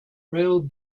rail